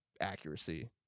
accuracy